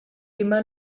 immer